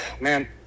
man